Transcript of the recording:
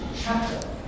chapter